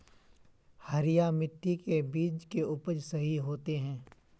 हरिया मिट्टी में बीज के उपज सही होते है?